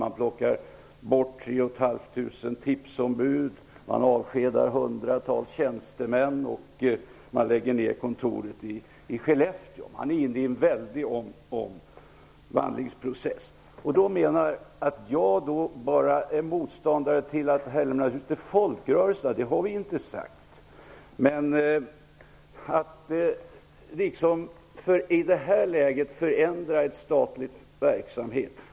Man drar in 3 500 tipsombud. Hundratals tjänstemän avskedas, och kontoret i Skellefteå skall läggas ner. Man är inne i en väldig omvandlingsprocess. Vi har inte sagt att vi är motståndare till att överföra Tipstjänst till folkrörelserna. Men detta är inte rätt läge för att förändra en statlig verksamhet.